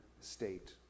state